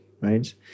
right